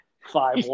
five